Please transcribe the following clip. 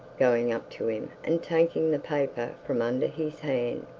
going up to him and taking the paper from under his hand.